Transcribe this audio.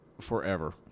forever